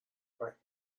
فهمیه